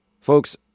Folks